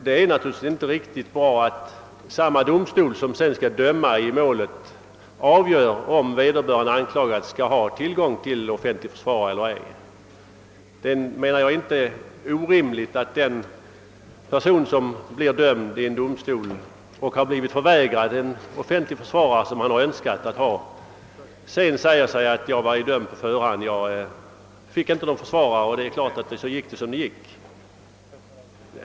Det är naturligtvis inte riktigt bra att samma domstol som sedan skall döma i målet avgör om vederbörande anklagad skall ha tillgång till offentlig försvarare eller inte. Det är inte orimligt att den person som blivit dömd vid domstol och blivit förvägrad att få offentlig försvarare sedan säger sig att han var dömd på förhand, eftersom han inte fick någon offentlig försvarare. Han kan alltså tycka att det gick som det gick av denna anledning.